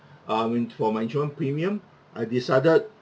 I mean for my insurance premium I decided